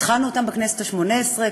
התחלנו אותם בכנסת השמונה-עשרה,